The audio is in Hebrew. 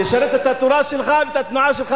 תשרת את התורה שלך והתנועה שלך,